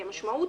כי המשמעות